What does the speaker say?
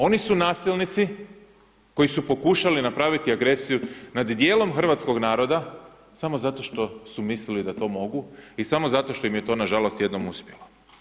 Oni su nasilnici koji su pokušali napraviti agresiju nad dijelom hrvatskog naroda samo zato što su mislili da to mogu i samo zato što im je to nažalost jednom uspjelo.